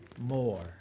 more